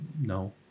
no